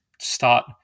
start